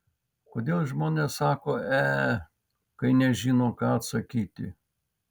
kodėl žmonės sako e kai nežino ką atsakyti